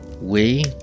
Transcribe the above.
We